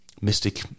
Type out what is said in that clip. mystic